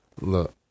Look